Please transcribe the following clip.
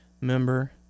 member